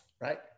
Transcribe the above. right